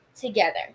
together